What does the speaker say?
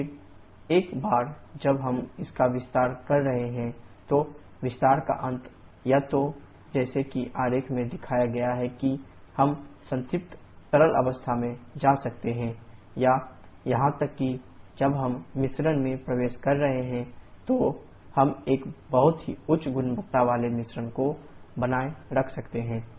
और फिर एक बार जब हम इसका विस्तार कर रहे हैं तो विस्तार का अंत या तो जैसा कि आरेख में दिखाया गया है कि हम संतृप्त तरल अवस्था में जा सकते हैं या यहां तक कि जब हम मिश्रण में प्रवेश कर रहे हैं तो हम एक बहुत ही उच्च गुणवत्ता वाले मिश्रण को बनाए रख सकते हैं